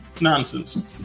nonsense